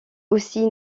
aussi